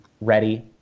ready